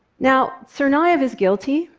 now, tsarnaev is guilty,